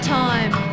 time